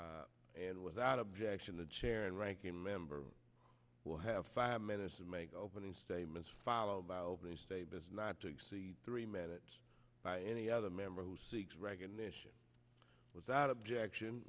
theft and without objection the chair and ranking member will have five minutes to make opening statements followed by opening statements not to exceed three minute by any other member who seeks recognition without objection